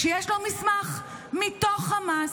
כשיש לו מסמך מתוך חמאס,